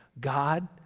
God